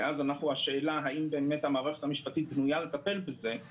השאלה היא האם המערכת המשפטית בנויה לטפל בזה,